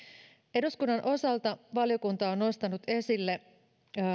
eduskunnan osalta valiokunta on nostanut esille